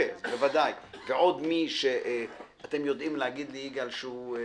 אז בוודאי, ועוד מי שאתם יודעים להגיד לי שיכול